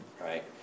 right